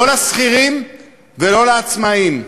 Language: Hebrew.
לא לשכירים ולא לעצמאים.